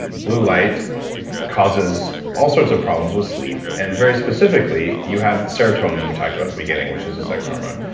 blue light causes all sorts of problems with sleep and very specifically you have the serotonin we talked about in the beginning which is a sex hormone.